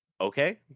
okay